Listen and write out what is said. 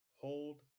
Hold